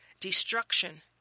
Destruction